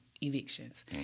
evictions